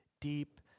deep